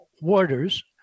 Waters